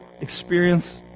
experience